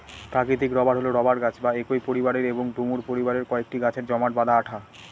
প্রাকৃতিক রবার হল রবার গাছ বা একই পরিবারের এবং ডুমুর পরিবারের কয়েকটি গাছের জমাট বাঁধা আঠা